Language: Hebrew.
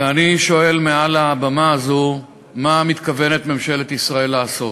ואני שואל מעל הבמה הזו מה מתכוונת ממשלת ישראל לעשות.